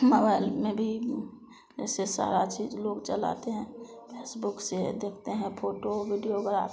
mobile में भी जैसे सारा चीज लोग चलाते हैं फेसबुक से देखते हैं फोटो वीडियोगराफी